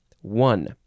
One